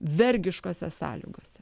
vergiškose sąlygose